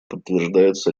подтверждается